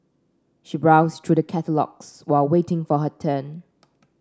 she browsed through the catalogues while waiting for her turn